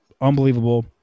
unbelievable